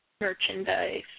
Merchandise